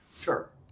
Sure